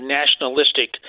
nationalistic